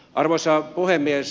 arvoisa puhemies